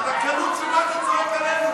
על האפס הזה, צא החוצה.